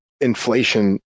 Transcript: inflation